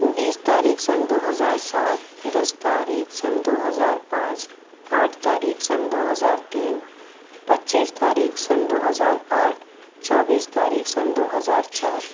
بیس تاریخ سن دو ہزار سات دس تاریخ سن دو ہزار پانچ آٹھ تاریخ سن دو ہزار تین پچیس تاریخ سن دو ہزار آٹھ چوبیس تاریخ سن دو ہزار چار